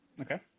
Okay